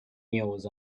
was